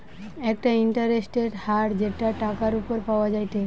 একটা ইন্টারেস্টের হার যেটা টাকার উপর পাওয়া যায়টে